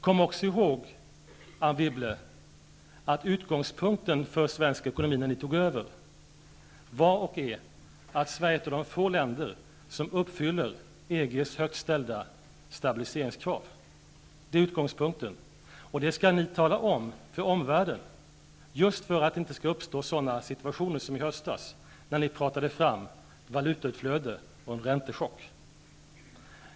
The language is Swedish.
Kom också ihåg, Anne Wibble, att när ni tog över var Sverige ett av de få länder som uppfyllde EG:s högt ställda stabiliseringskrav. Det är utgångspunkten. Det skall ni tala om för omvärlden, just för att det inte skall uppstå sådana situationer som i höstas, när ni pratade fram valutautflöde och räntechock.